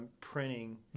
printing